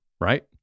right